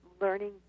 learning